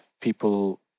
people